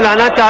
not